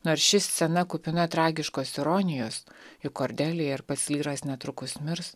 nors ši scena kupina tragiškos ironijos juk kordelija ir pats lyras netrukus mirs